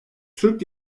türk